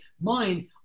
mind